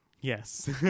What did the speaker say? yes